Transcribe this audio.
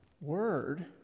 word